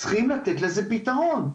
צריכים לתת לזה פתרון.